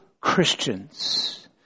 Christians